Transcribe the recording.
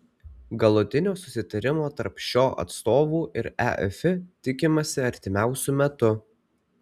galutinio susitarimo tarp šio atstovų ir eif tikimasi artimiausiu metu